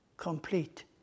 Complete